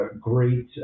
great